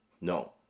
No